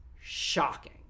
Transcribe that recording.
shocking